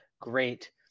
great